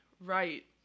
Right